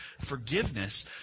forgiveness